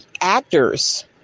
actors